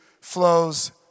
flows